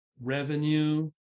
revenue